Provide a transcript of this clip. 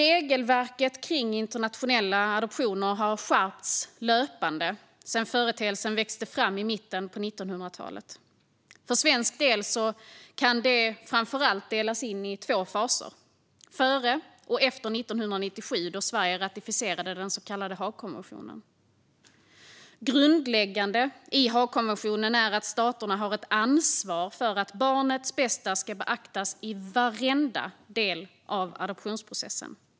Regelverket kring internationella adoptioner har skärpts löpande sedan företeelsen växte fram i mitten av 1900-talet. För svensk del kan det framför allt delas in i två faser: före och efter 1997, då Sverige ratificerade den så kallade Haagkonventionen. Grundläggande i Haagkonventionen är att staterna har ett ansvar för att barnets bästa beaktas i varje del av adoptionsprocessen.